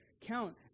count